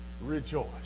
rejoice